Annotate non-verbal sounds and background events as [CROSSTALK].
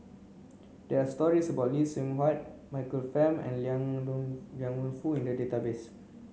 there are stories about Lee Seng Huat Michael Fam and Liang [UNINTELLIGIBLE] Liang Wenfu in the database